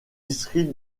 districts